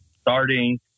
starting